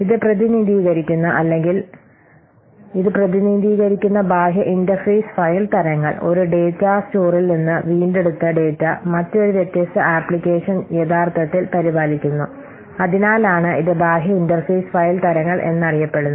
ഇത് പ്രതിനിധീകരിക്കുന്ന അല്ലെങ്കിൽ ഇത് പ്രതിനിധീകരിക്കുന്ന ബാഹ്യ ഇന്റർഫേസ് ഫയൽ തരങ്ങൾ ഒരു ഡാറ്റ സ്റ്റോറിൽ നിന്ന് വീണ്ടെടുത്ത ഡാറ്റ മറ്റൊരു വ്യത്യസ്ത ആപ്ലിക്കേഷൻ യഥാർത്ഥത്തിൽ പരിപാലിക്കുന്നു അതിനാലാണ് ഇത് ബാഹ്യ ഇന്റർഫേസ് ഫയൽ തരങ്ങൾ എന്നറിയപ്പെടുന്നത്